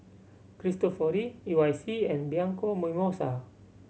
Cristofori U I C and Bianco Mimosa